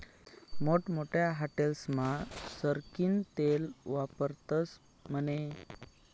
मोठमोठ्या हाटेलस्मा सरकीनं तेल वापरतस म्हने